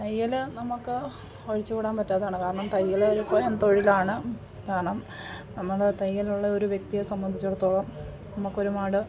തയ്യൽ നമുക്ക് ഒഴിച്ചൂകൂടാൻ പറ്റാത്തതാണ് കാരണം തയ്യൽ ഒരു സ്വയം തൊഴിലാണ് കാരണം നമ്മൾ തയ്യലുള്ള ഒരു വ്യക്തിയെ സംബന്ധിച്ചിടത്തോളം നമുക്ക് ഒരുപാട്